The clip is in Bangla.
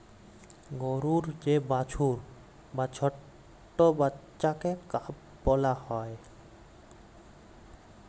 গরুর যে বাছুর বা ছট্ট বাচ্চাকে কাফ ব্যলা হ্যয়